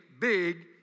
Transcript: big